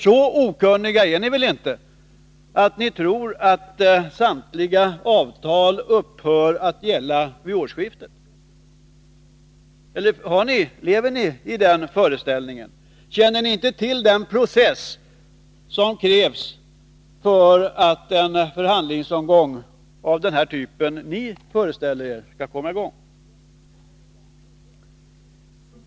Så okunniga är ni väl inte att ni tror att samtliga avtal upphör att gälla vid årsskiftet? Eller lever ni i den föreställningen? Känner ni inte till den process som krävs för att en förhandlingsomgång av den typ som ni föreställer er skall komma i gång?